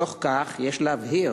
בתוך כך יש להבהיר